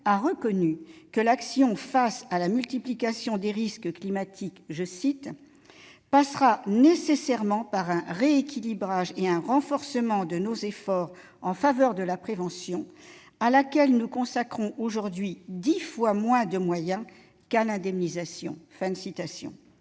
a reconnu que l'action face à la multiplication des risques climatiques « passera nécessairement par un rééquilibrage et un renforcement de nos efforts en faveur de la prévention, à laquelle nous consacrons aujourd'hui dix fois moins de moyens qu'à l'indemnisation ».